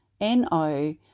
N-O